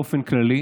באופן כללי: